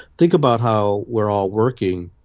think about how we're all working.